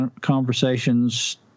conversations